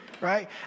right